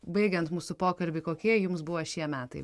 baigiant mūsų pokalbį kokie jums buvo šie metai